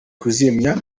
kuzimya